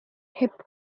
hip